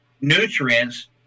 nutrients